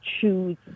choose